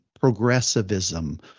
progressivism